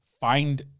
Find